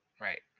right